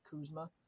Kuzma